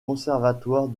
conservatoire